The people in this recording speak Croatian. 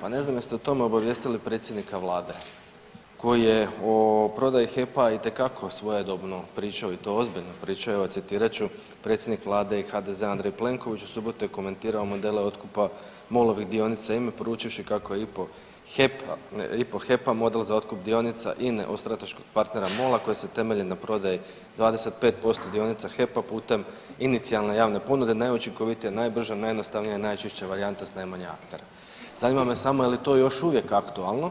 pa ne znam jeste li o tome obavijestili predsjednika Vlade koji je o prodaji HEP-a itekako svojedobno pričao i to ozbiljno pričao evo citirat ću „Predsjednik Vlade i HDZ-a Andrej Plenković u subotu je komentirao modele otkupa MOL-ovih dionica INA-e poručivši kako je IPO HEP-a model za otkup dionica INA-e od strateškog partnera MOL-a koji se temelji na prodaji 25% dionica HEP-a putem inicijalne javne ponude najučinkovitija, najbrža, najjednostavnija i najčišća varijanta s najmanje aktera.“ Zanima me samo je li to još uvijek aktualno?